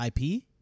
IP